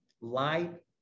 light